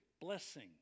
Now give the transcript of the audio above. blessing